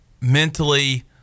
mentally